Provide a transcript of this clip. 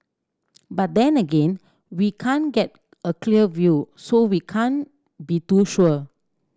but then again we can't get a clear view so we can't be too sure